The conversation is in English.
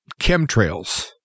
chemtrails